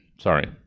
sorry